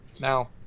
Now